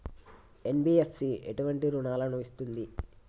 NBFC ఎటువంటి రుణాలను ఇస్తుంది?